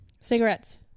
cigarettes